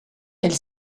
elle